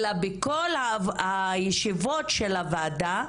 אלא בכל הישיבות של הוועדה,